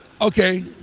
Okay